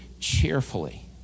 cheerfully